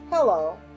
Hello